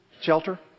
shelter